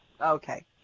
Okay